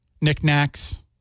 Knickknacks